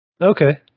Okay